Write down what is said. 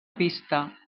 pista